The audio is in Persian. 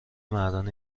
مردان